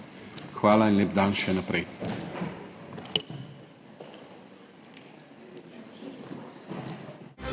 Hvala in lep dan še naprej.